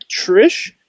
Trish